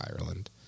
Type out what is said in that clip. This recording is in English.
Ireland